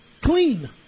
clean